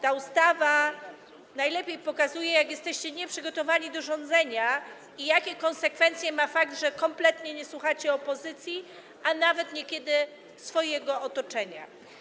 Ta ustawa najlepiej pokazuje, jak jesteście nieprzygotowani do rządzenia i jakie konsekwencje ma fakt, że kompletnie nie słuchacie opozycji, a niekiedy nawet swojego otoczenia.